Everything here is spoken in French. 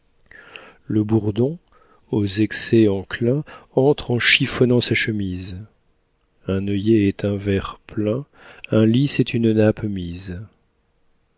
le bourdon aux excès enclin entre en chiffonnant sa chemise un œillet est un verre plein un lys est une nappe mise